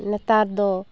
ᱱᱮᱛᱟᱨ ᱫᱚ